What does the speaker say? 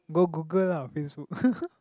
go Google lah Facebook